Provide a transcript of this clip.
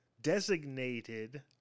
designated